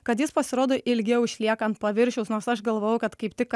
kad jis pasirodo ilgiau išlieka ant paviršiaus nors aš galvojau kad kaip tik